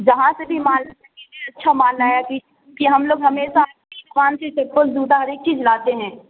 جہاں سے بھی مال لیجیے اچھا مال لایا کیجیے کہ ہم لوگ ہمیشہ اپنی دکان سے چپل جوتا ہر ایک چیز لاتے ہیں